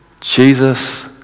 Jesus